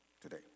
Today